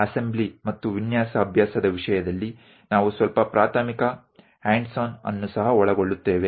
assembly ಮತ್ತು ವಿನ್ಯಾಸ ಅಭ್ಯಾಸದ ವಿಷಯದಲ್ಲಿ ನಾವು ಸ್ವಲ್ಪ ಪ್ರಾಥಮಿಕ ಹ್ಯಾಂಡ್ಸ್ ಆನ್ ಅನ್ನು ಸಹ ಒಳಗೊಳ್ಳುತ್ತೇವೆ